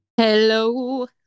Hello